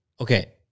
Okay